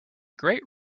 great